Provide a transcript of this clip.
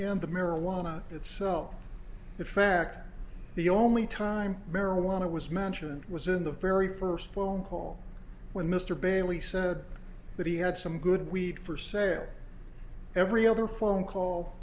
and the marijuana itself the fact the only time marijuana was mentioned was in the very first phone call when mr bailey said that he had some good weed for sale every other phone call